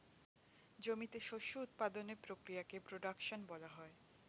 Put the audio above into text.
জমিতে শস্য উৎপাদনের প্রক্রিয়াকে প্রোডাকশন বলা হয়